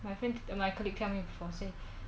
my friend my colleague tell me from sin~